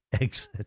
exit